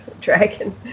dragon